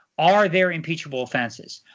are there impeachable offenses?